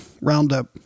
roundup